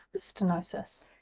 stenosis